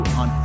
on